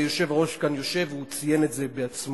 והיושב-ראש כאן יושב והוא ציין את זה בעצמו,